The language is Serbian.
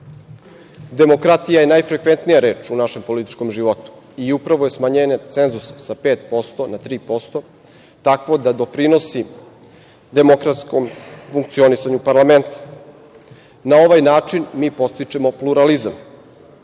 jedinicom. Demokratija je najfrekventnija reč u našem političkom životu i upravo je smanjenje cenzusa sa 5% na 3% takvo da doprinosi demokratskom funkcionisanju parlamenta. Na ovaj način mi podstičemo pluralizam.